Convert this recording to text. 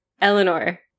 Eleanor